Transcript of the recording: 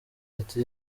ati